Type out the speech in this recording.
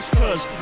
cause